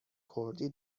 کردی